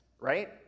right